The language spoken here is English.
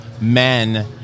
men